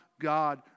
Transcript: God